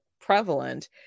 prevalent